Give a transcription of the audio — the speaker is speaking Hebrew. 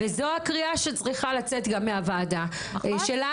וזו הקריאה שגם צריכה לצאת מהוועדה שלנו.